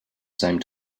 same